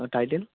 আর title